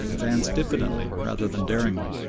advance diffidently rather than daringly,